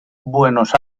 buenos